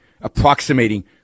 approximating